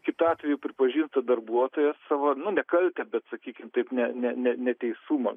kitu atveju pripažintų darbuotojas savo nu ne kaltę bet sakykim taip ne ne ne neteisumą